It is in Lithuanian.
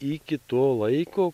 iki to laiko